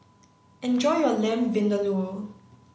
enjoy your Lamb Vindaloo